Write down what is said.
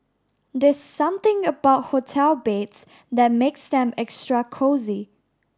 there's something about hotel beds that makes them extra cosy